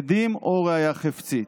עדים או ראיה חפצית.